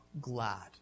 glad